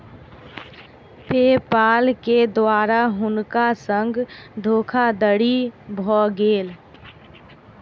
पे पाल के द्वारा हुनका संग धोखादड़ी भ गेल